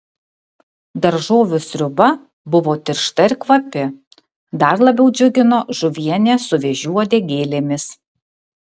daržovių sriuba buvo tiršta ir kvapi dar labiau džiugino žuvienė su vėžių uodegėlėmis